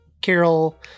Carol